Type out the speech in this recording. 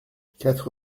quatre